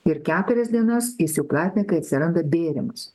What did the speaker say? ir keturias dienas jis jau platina kai atsiranda bėrimas